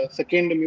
second